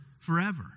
forever